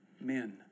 men